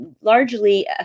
largely